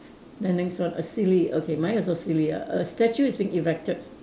then next one a silly okay mine also silly a a statue is being erected